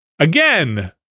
Again